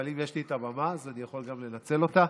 אבל אם יש לי במה, אז אני יכול גם לנצל אותה.